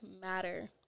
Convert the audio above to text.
matter